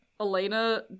Elena